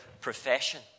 profession